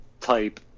type